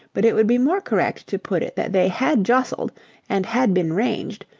but it would be more correct to put it they had jostled and had been ranged,